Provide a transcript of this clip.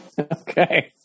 Okay